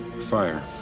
Fire